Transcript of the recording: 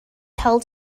held